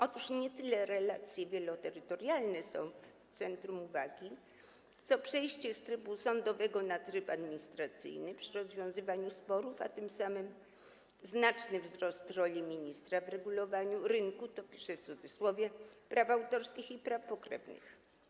Otóż nie tyle relacje wieloterytorialne są w centrum uwagi, co przejście z trybu sądowego na tryb administracyjny przy rozwiązywaniu sporów, a tym samym znaczny wzrost roli ministra w regulowaniu „rynku” - to piszę w cudzysłowie - praw autorskich i praw pokrewnych.